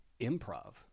improv